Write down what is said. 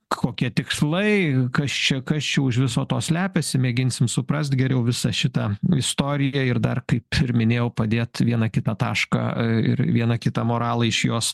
kokie tikslai kas čia kas čia už viso to slepiasi mėginsim suprast geriau visą šitą istoriją ir dar kaip ir minėjau padėt vieną kitą tašką į ir vieną kitą moralą iš jos